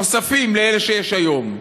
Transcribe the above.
נוספים על אלה שיש היום,